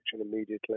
immediately